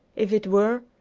if it were,